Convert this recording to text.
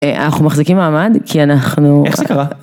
אנחנו מחזיקים מעמד כי אנחנו. איך זה קרה?